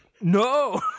no